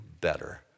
better